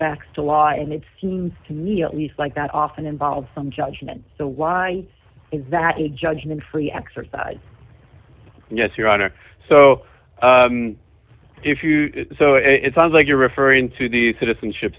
facts to law and it seems to me at least like that often involves some judgment so why is that a judgment free exercise yes your honor so if you so it sounds like you're referring to the citizenship